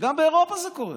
גם באירופה זה קורה.